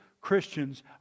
Christians